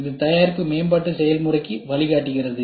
இது தயாரிப்பு மேம்பாட்டு செயல்முறைக்கு வழிகாட்டுகிறது